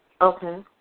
Okay